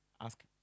ask